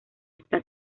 esta